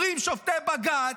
אומרים שופטי בג"ץ: